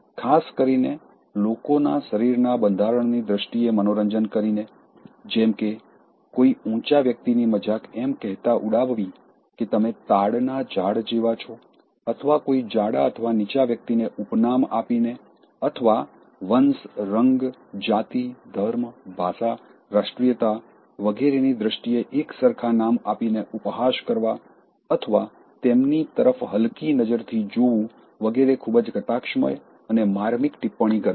ખાસ કરીને લોકોના શરીરના બંધારણની દ્રષ્ટિએ મનોરંજન કરીને જેમ કે કોઈ ઉંચા વ્યક્તિની મજાક એમ કહેતા ઉડાવવી કે તમે તાડના ઝાડ જેવા છો અથવા કોઈ જાડા અથવા નીચા વ્યક્તિને ઉપનામ આપીને અથવા વંશ રંગ જાતિ ધર્મ ભાષા રાષ્ટ્રીયતા વગેરેની દ્રષ્ટિએ એક સરખા નામ આપીને ઉપહાસ કરવા અથવા તેમની તરફ હલકી નજરથી જોવું વગેરે ખૂબ જ કટાક્ષમય અને માર્મિક ટીપ્પણી કરે છે